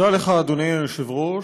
תודה לך, אדוני היושב-ראש.